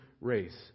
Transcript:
race